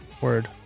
word